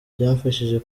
byamfashije